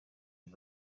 and